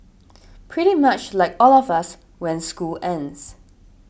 pretty much like all of us when school ends